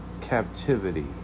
captivity